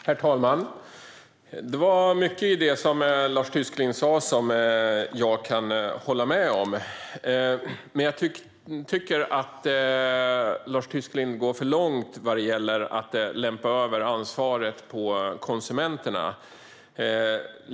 Herr talman! Det var mycket i det Lars Tysklind sa som jag kan hålla med om, men jag tycker att han går för långt vad gäller att lämpa över ansvaret på konsumenterna.